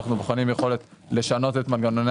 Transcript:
אנחנו בוחנים יכולת לשנות את מנגנוני